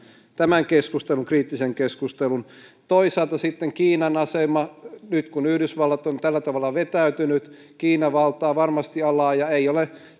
tämän kriittisen keskustelun toisaalta sitten on kiinan asema nyt kun yhdysvallat on tällä tavalla vetäytynyt kiina valtaa varmasti alaa ja ei ole